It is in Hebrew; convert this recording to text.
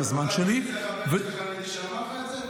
הזמן שלי --- אתה יכול להגיד מי חבר הכנסת